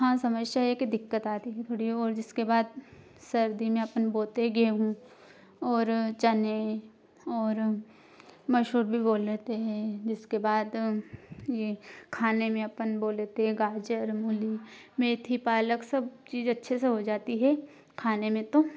हाँ समस्या यह है कि दिक्कत आती है थोड़ी और जिसके बाद सर्दी में अपन बोते है गेहूँ और चने और मसूर भी बो लेते हैं जिसके बाद यह खाने में अपन बो लेते हैं गाजर मूली मेथी पालक सब चीज़ अच्छे से हो जाती है खाने में तो